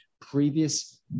previous